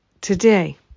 today